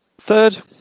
Third